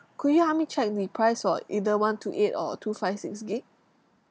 could you help me check the price for either one two eight or two five six gig